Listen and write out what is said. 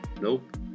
Nope